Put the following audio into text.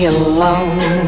alone